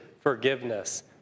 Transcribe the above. forgiveness